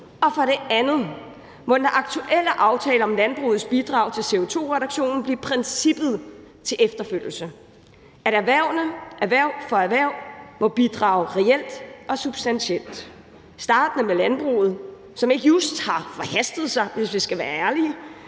Og for det andet må den aktuelle aftale om landbrugets bidrag til CO2-reduktioner blive princippet til efterfølgelse: at erhvervene erhverv for erhverv må bidrage reelt og substantielt, startende med landbruget, som ikke just har forhastet sig – hvis vi skal være ærlige